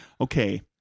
okay